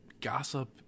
gossip